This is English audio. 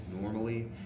normally